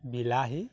বিলাহী